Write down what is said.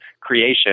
creation